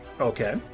okay